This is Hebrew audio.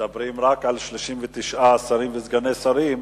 מדברים רק על 39 שרים וסגני שרים.